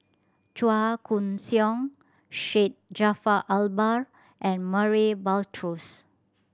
Chua Koon Siong Syed Jaafar Albar and Murray Buttrose